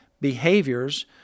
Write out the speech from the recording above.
behaviors